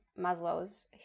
Maslow's